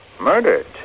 Murdered